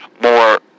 more